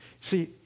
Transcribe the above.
See